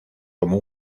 como